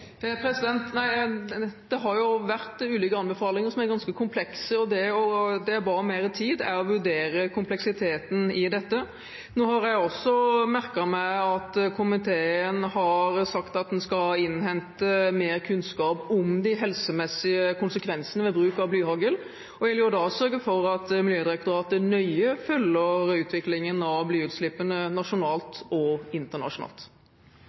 det jeg ba om mer tid til, er å vurdere kompleksiteten i dette. Jeg har også merket meg at komiteen har sagt at den skal innhente mer kunnskap om de helsemessige konsekvensene ved bruk av blyhagl. Og jeg vil sørge for at Miljødirektoratet nøye følger utviklingen av blyutslippene, både nasjonalt og internasjonalt.